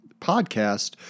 podcast